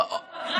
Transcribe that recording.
יש פה פגרה.